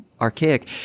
archaic